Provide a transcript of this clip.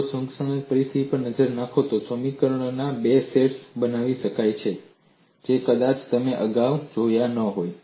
અને જો તમે સુસંગતતાની પરિસ્થિતિઓ પર નજર નાખો તો સમીકરણોના બે સેટ્સ બનાવી શકાય છે જે કદાચ તમે અગાઉ જોયા ન હોય